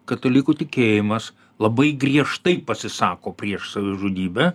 katalikų tikėjimas labai griežtai pasisako prieš savižudybę